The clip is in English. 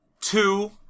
two